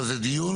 אבל זה דיון,